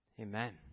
Amen